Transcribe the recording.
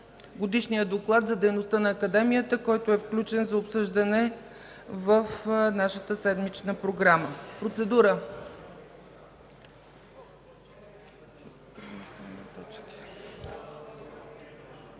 Годишния доклад за дейността на Академията, който е включен за обсъждане в нашата седмична програма. Заповядайте